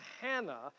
Hannah